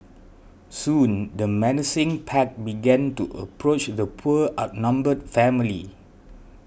soon the menacing pack began to approach the poor outnumbered family